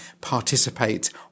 participate